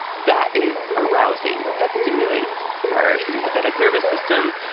that is arousing. that stimulates our sympathetic nervous system,